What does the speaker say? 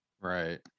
Right